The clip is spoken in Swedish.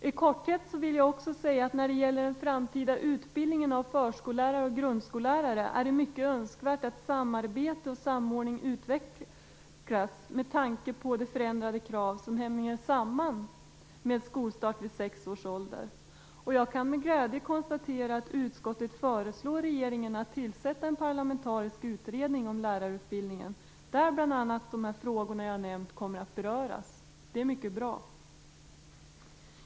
I korthet vill jag också säga att när det gäller den framtida utbildningen av förskollärare och grundskollärare är det mycket önskvärt att samarbete och samordning utvecklas med tanke på de förändrade krav som hänger samman med skolstart vid sex års ålder. Jag kan med glädje konstatera att utskottet föreslår regeringen att tillsätta en parlamentarisk utredning om lärarutbildningen där bl.a. de frågor jag har nämnt kommer att beröras. Det är mycket bra.